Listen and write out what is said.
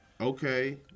Okay